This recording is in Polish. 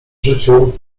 życiu